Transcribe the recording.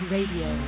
Radio